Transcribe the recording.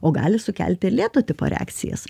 o gali sukelti lėto tipo reakcijas